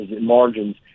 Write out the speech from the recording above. margins